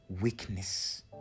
weakness